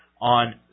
on